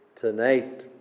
tonight